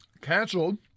canceled